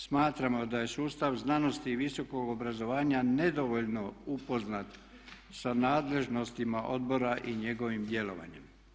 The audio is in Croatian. Smatramo da je sustav znanosti i visokog obrazovanja nedovoljno upoznat sa nadležnostima odbora i njegovim djelovanjem.